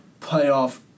playoff